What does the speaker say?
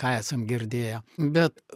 ką esam girdėję bet